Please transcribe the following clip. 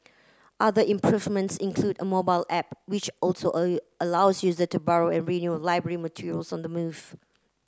other improvements include a mobile app which also a allows user to borrow and renew library materials on the move